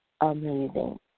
amazing